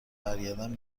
برگردم